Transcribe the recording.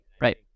right